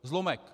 Zlomek.